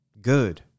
Good